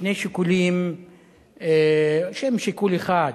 שני שיקולים שהם שיקול אחד.